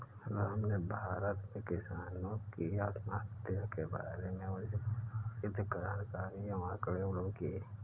राम ने भारत में किसानों की आत्महत्या के बारे में मुझे प्रमाणित जानकारी एवं आंकड़े उपलब्ध किये